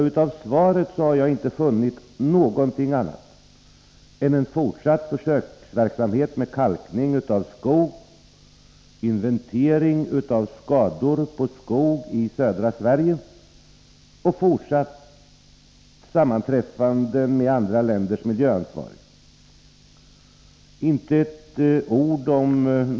I svaret talas inte om något annat än en fortsatt försöksverksamhet med kalkning av skog, inventering av skador på skog i södra Sverige och fortsatt sammanträffande med andra länders miljöansvariga.